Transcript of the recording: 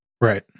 Right